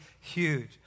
huge